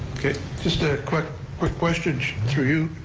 okay, just a quick, quick question through you,